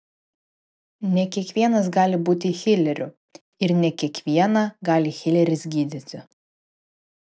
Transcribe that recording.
ne kiekvienas gali būti hileriu ir ne kiekvieną gali hileris gydyti